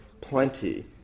plenty